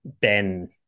Ben